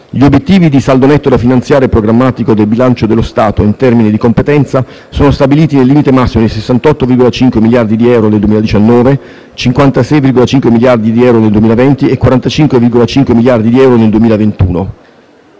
Gli obiettivi di saldo netto da finanziare (SNF) programmatico del bilancio dello Stato in termini di competenza sono stabiliti nel limite massimo di 68,5 miliardi di euro nel 2019, 56,5 miliardi nel 2020, e 45,5 miliardi nel 2021.